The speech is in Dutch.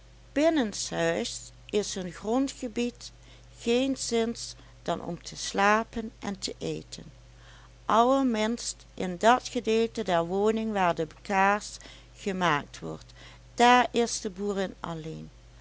binnenshuis is hun grondgebied geenszins dan om te slapen en te eten allerminst in dat gedeelte der woning waar de kaas gemaakt wordt daar is de boerin alleen